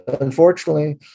Unfortunately